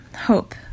hope